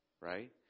right